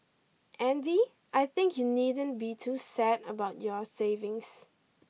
Andy I think you needn't be too sad about your savings